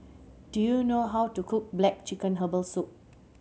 do you know how to cook black chicken herbal soup